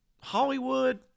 Hollywood